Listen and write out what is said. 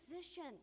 position